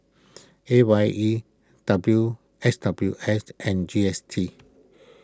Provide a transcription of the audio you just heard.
A Y E W S W S and G S T